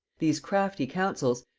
these crafty counsels,